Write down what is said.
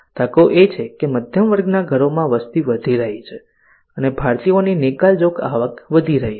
તકો એ છે કે મધ્યમ વર્ગના ઘરોમાં વસ્તી વધી રહી છે અને ભારતીયોની નિકાલજોગ આવક વધી રહી છે